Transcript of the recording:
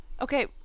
Okay